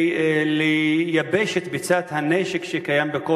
כדי לייבש את ביצת הנשק שקיימת.